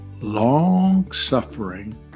long-suffering